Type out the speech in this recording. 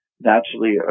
naturally